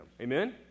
Amen